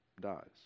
dies